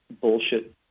bullshit